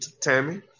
Tammy